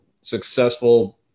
successful –